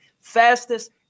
Fastest